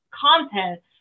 content